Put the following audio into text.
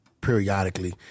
periodically